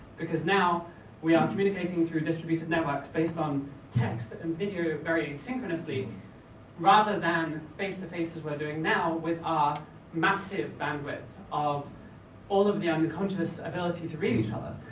because now we are communicating through distributed networks based on text and video very asynchronously rather than face to face as we're doing now with our massive bandwidth of all of the and ability to read each other.